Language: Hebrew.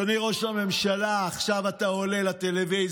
אדוני ראש הממשלה, עכשיו אתה עולה לטלוויזיה.